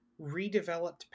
redeveloped